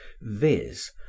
viz